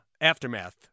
aftermath